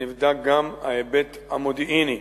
ונבדק גם ההיבט המודיעיני.